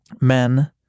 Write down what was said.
men